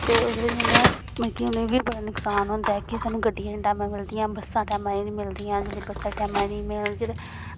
ते ओह्दी बजह् कन्नै मतलब की उ'नें बी बड़ा नुकसान होंदा ऐ कि सानूं गड्डियां निं टैमा दियां मिलदियां बस्सां टैमा दियां निं मिलदियां जेल्लै बस्सां टैमा दियां निं मिलन जे